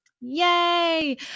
Yay